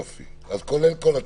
אז כולל כל התיקונים.